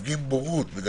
חינה